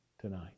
tonight